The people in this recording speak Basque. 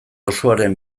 osoaren